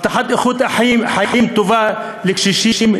הבטחת איכות חיים טובה לקשישים,